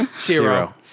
Zero